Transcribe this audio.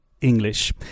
English